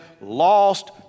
lost